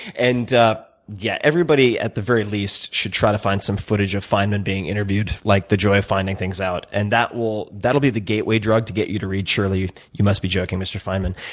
and yeah everybody at the very least should try to find some footage of feynman being interviewed, like the joy of finding things out. and that will that will be the gateway drug to get you to read surely you must be joking, mr. feynman.